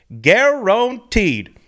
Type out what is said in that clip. Guaranteed